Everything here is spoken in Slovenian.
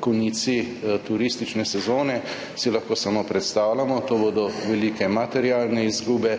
konici turistične sezone, si lahko samo predstavljamo. To bodo velike materialne izgube,